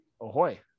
ahoy